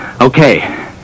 Okay